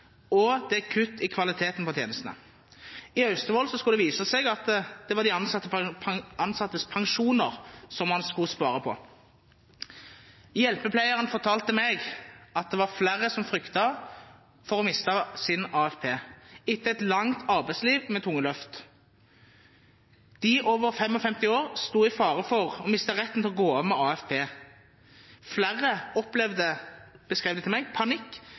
og det er gjennom kutt i kvaliteten på tjenestene. I Austevoll skulle det vise seg at det var ansattes pensjoner som det skulle spares på. Hjelpepleieren fortalte meg at flere fryktet for å miste sin AFP etter et langt arbeidsliv med tunge løft. De over 55 år sto i fare for å miste retten til å gå av med AFP. Flere opplevde – beskrev de til meg – panikk